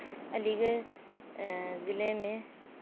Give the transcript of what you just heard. علی گڑھ ضلعے میں